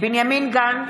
בנימין גנץ,